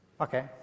Okay